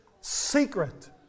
secret